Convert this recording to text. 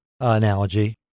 analogy